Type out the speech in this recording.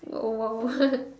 !whoa!